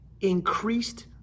increased